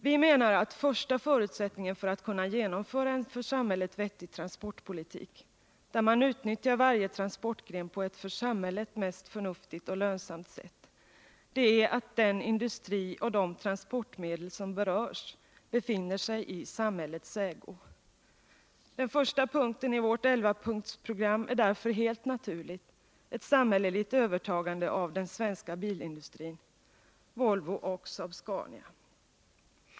Vi menar att första förutsättningen för att man skall kunna genomföra en för samhället vettig transportpolitik, där man utnyttjar varje transportgren på ett för samhället mest förnuftigt och lönsamt sätt, är att den industri och de transportmedel som berörs befinner sig i samhällets ägo. Den första punkten i vårt elvapunktsprogram är därför helt naturligt ett samhälleligt övertagande av den svenska bilindustrin, Volvo och Saab-Scania.